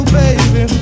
baby